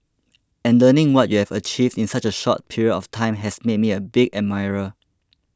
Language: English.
and learning what you have achieved in such a short period of time has made me a big admirer